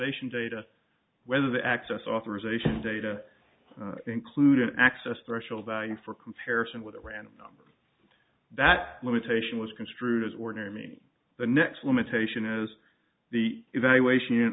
zation data whether the access authorization data included access threshold value for comparison with a random number that limitation was construed as ordinary me the next limitation is the evaluation